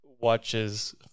watches